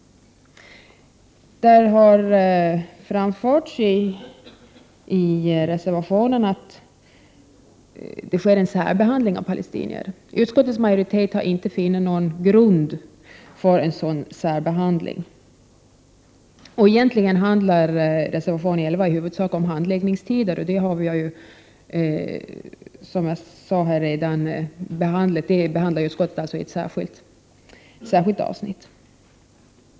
I reservation 11 framförs att det sker en särbehandling av palestinier. Utskottets majoritet har inte funnit någon sådan särbehandling. Egentligen handlar reservation 11 i huvudsak om handläggningstider, och det är en fråga som utskottet behandlar i ett särskilt avsnitt.